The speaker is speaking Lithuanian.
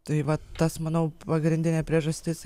tai va tas manau pagrindinė priežastis